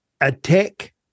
attack